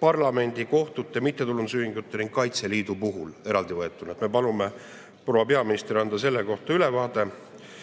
parlamendi, kohtute, mittetulundusühingute ja Kaitseliidu puhul eraldi võetuna. Me palume proua peaministril anda selle kohta ülevaade. Meid